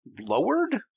lowered